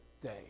day